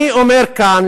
אני אומר כאן,